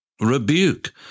Rebuke